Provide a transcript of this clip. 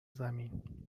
زمین